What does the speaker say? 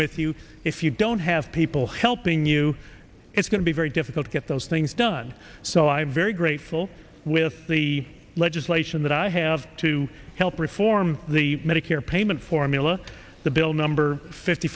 with you if you don't have people helping you it's going to be very difficult to get those things done so i'm very grateful with the legislation that i have to help reform the medicare payment formula the bill number fifty